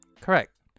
Correct